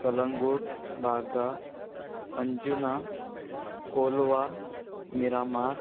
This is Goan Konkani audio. कलंगूट बागा अंजुना कोलवा मिरामार